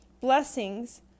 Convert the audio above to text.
Blessings